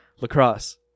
lacrosse